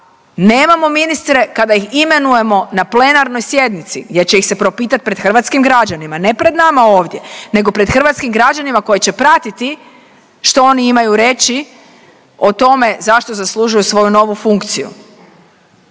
nemamo ministre kada ih imenujemo na plenarnoj sjednici gdje će ih se propitat pred hrvatskim građanima, ne pred nama ovdje nego pred hrvatskim građanima koji će pratiti što oni imaju reći o tome zašto zaslužuju svoju novu funkciju.